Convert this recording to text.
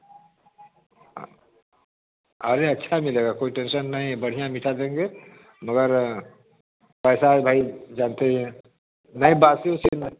अरे अच्छा मिलेगा कोई टेंशन नहीं है बढ़िया मीठा देंगे मगर पैसा भाई जानते ही है नहीं बासी वासी नहीं मिलेगा